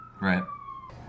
Right